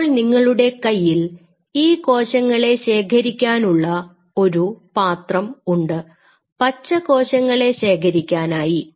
ഇപ്പോൾ നിങ്ങളുടെ കയ്യിൽ ഈ കോശങ്ങളെ ശേഖരിക്കാനുള്ള ഒരു പാത്രം ഉണ്ട് പച്ച കോശങ്ങളെ ശേഖരിക്കാനായി